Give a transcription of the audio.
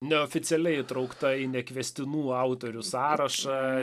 neoficialiai įtraukta į nekviestinų autorių sąrašą